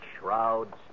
shrouds